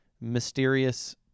mysterious